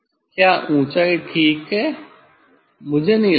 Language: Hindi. क्या ऊँचाई ठीक है मुझे नहीं लगता